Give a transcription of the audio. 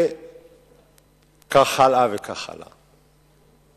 וכך הלאה וכך הלאה.